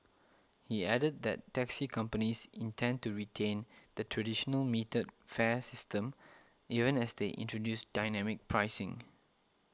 he added that taxi companies intend to retain the traditional metered fare system even as they introduce dynamic pricing